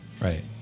Right